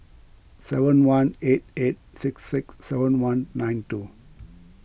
seven one eight eight six six seven one nine two